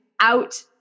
out